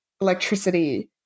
electricity